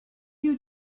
you